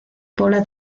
pola